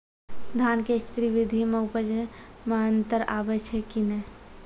धान के स्री विधि मे उपज मे अन्तर आबै छै कि नैय?